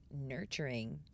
nurturing